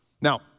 Now